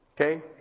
Okay